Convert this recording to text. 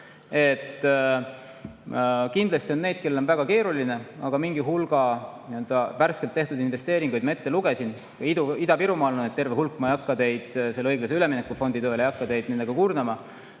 Kindlasti on neid, kellel on väga keeruline, aga mingi hulga värskelt tehtud investeeringuid ma ette lugesin. Ida-Virumaal on neid terve hulk õiglase ülemineku fondi toel, ma ei hakka teid nendega kurnama.